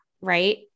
Right